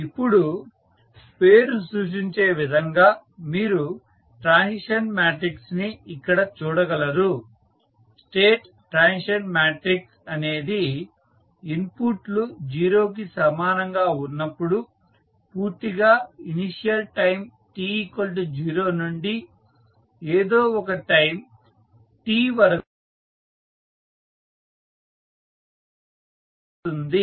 ఇప్పుడు పేరు సూచించే విధంగా మీరు ట్రాన్సిషన్ మాట్రిక్స్ ని ఇక్కడ చూడగలరు స్టేట్ ట్రాన్సిషన్ మాట్రిక్స్ అనేది ఇన్పుట్ లు జీరోకి సమానంగా ఉన్నప్పుడు పూర్తిగా ఇనీషియల్ టైం t 0 నుండి ఏదో ఒక టైం t వరకు జరిగే స్టేట్ యొక్క ట్రాన్సిషన్ ని నిర్వచిస్తుంది